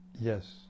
yes